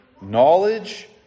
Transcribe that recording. knowledge